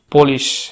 Polish